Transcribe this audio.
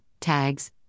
tags